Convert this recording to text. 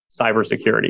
cybersecurity